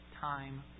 time